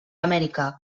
amèrica